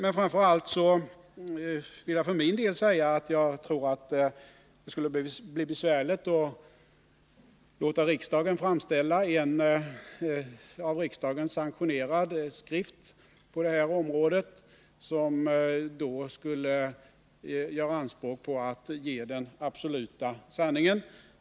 Jag vill för min del säga, att jag tror det skulle bli besvärligt att låta riksdagen framställa en av riksdagen sanktionerad skrift på detta område som skulle göra anspråk på att ge den absoluta sanningen.